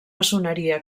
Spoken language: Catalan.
maçoneria